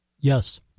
yes